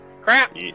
Crap